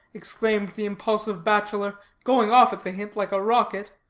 exclaimed the impulsive bachelor, going off at the hint like a rocket,